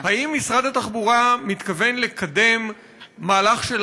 האם משרד התחבורה מתכוון לקדם מהלך של